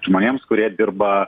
žmonėms kurie dirba